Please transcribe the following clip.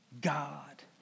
God